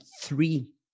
three